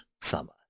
summer